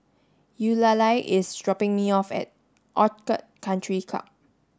Eulalie is dropping me off at Orchid Country Club